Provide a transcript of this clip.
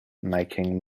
making